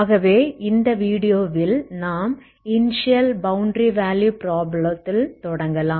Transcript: ஆகவே இந்த வீடியோவில் நாம் இனிஸியல் பௌண்டரி வேல்யூ ப்ராப்ளம் ல் தொடங்கலாம்